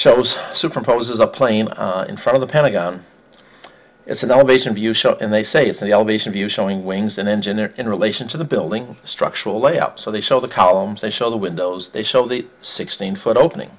shows superimposes a plane in front of the pentagon it's an elevation view show and they say it's an elevation view showing wings and engineer in relation to the building structural layout so they show the columns they show the windows they show the sixteen foot opening